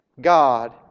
God